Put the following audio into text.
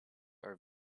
are